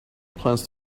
plans